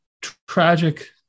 tragic